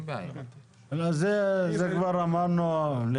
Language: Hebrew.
זה כבר אמרנו.